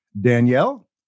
Danielle